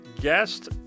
guest